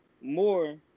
more